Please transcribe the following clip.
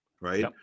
right